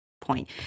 point